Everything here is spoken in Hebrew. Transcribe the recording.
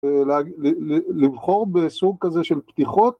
לבחור בסוג כזה של פתיחות